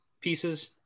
pieces